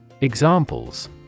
Examples